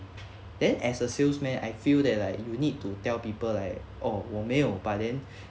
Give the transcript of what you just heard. then as a salesman I feel that like you need to tell people like oh 我没有 but then